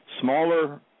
smaller